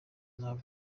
ntago